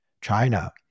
China